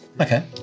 okay